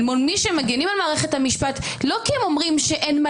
מול מי שמגינים על מערכת המשפט לא כי הם אומרים שאין מה